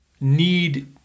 need